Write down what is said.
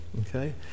okay